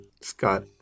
Scott